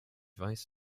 weiß